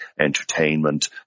entertainment